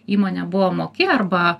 įmonė buvo moki arba